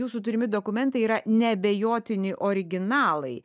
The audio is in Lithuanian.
jūsų turimi dokumentai yra neabejotini originalai